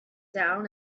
down